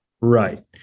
Right